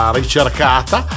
ricercata